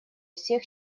всех